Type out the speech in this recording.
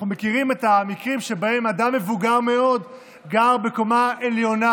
אנחנו מכירים את המקרים שבהם אדם מבוגר מאוד גר בקומה העליונה